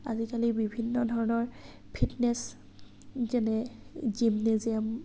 আজিকালি বিভিন্ন ধৰণৰ ফিটনেছ যেনে জিমনেজিয়াম